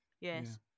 Yes